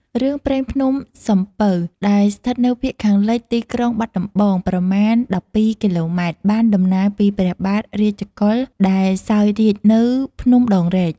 រឿងព្រេងភ្នំសំពៅ ដែលស្ថិតនៅភាគខាងលិចទីក្រុងបាត់ដំបង ប្រមាណ ១២ គីឡូម៉ែត្រ បានដំណាលពីព្រះបាទរាជកុល ដែលសោយរាជ្យនៅភ្នំដងរែក។